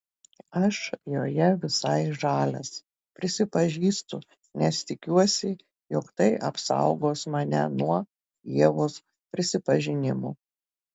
aš joje visai žalias prisipažįstu nes tikiuosi jog tai apsaugos mane nuo ievos prisipažinimų